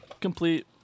complete